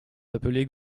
appelées